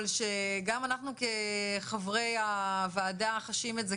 שגם אנחנו כחברי הוועדה חשים את זה,